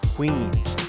Queens